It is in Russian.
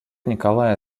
николая